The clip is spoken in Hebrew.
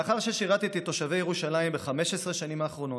לאחר ששירתי את תושבי ירושלים ב-15 השנים האחרונות,